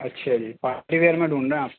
اچھا جی party wear میں ڈھونڈھ رہے ہیں آپ